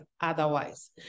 otherwise